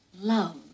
love